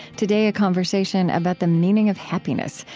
today a conversation about the meaning of happiness,